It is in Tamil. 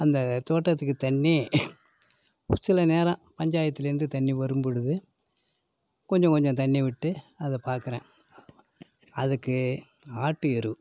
அந்த தோட்டத்துக்கு தண்ணி ஒரு சில நேரம் பஞ்சாயத்துலருந்து தண்ணி வரும்பொழுது கொஞ்ச கொஞ்சம் தண்ணி விட்டு அதை பார்க்குறேன் அதுக்கு ஆட்டு எருவ்